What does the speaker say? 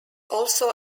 also